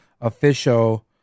official